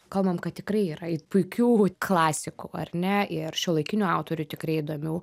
kalbam kad tikrai yra ir puikių klasikų ar ne ir šiuolaikinių autorių tikrai įdomių